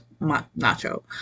Nacho